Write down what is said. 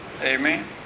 Amen